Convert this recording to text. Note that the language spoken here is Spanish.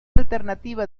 alternativa